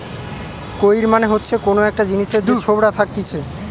কৈর মানে হচ্ছে কোন একটা জিনিসের যে ছোবড়া থাকতিছে